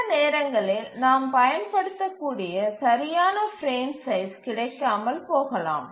சில நேரங்களில் நாம் பயன்படுத்தக்கூடிய சரியான பிரேம் சைஸ் கிடைக்காமல் போகலாம்